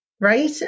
Right